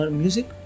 music